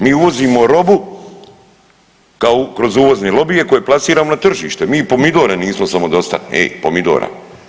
Mi uvozimo robu kao kroz uvozne lobije koje plasiramo na tržište, mi pomidore nismo samodostatni, hej pomidora.